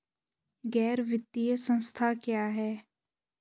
गैर वित्तीय संस्था क्या है?